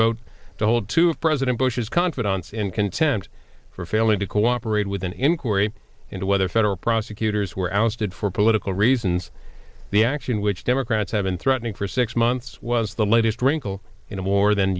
vote to hold two of president bush's confidence in content for failing to cooperate with an inquiry into whether federal prosecutors were ousted for political reasons the action which democrats have been threatening for six months was the latest wrinkle in a more than